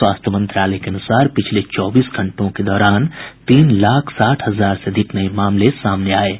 स्वास्थ्य मंत्रालय के अनुसार पिछले चौबीस घंटों के दौरान तीन लाख साठ हजार से अधिक नये मामले सामने आए हैं